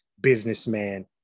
businessman